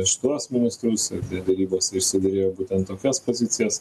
šituos ministrus ir de derybose išsiderėjo būtent tokias pozicijas